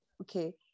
Okay